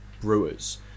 brewers